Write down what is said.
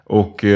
och